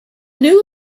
new